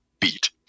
beat